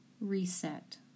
Reset